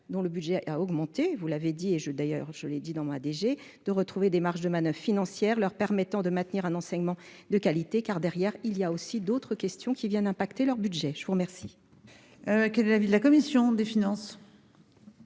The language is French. dont le budget a augmenté, vous l'avez dit, et je d'ailleurs, je l'ai dit dans ma DG de retrouver des marges de manoeuvres financières leur permettant de maintenir un enseignement de qualité, car derrière il y a aussi d'autres questions qui viennent impacter leur budget, je vous remercie, quel est l'avis de la commission des finances.